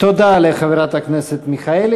תודה לחברת הכנסת מיכאלי.